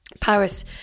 Paris